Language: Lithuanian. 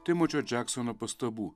timočio džeksono pastabų